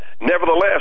Nevertheless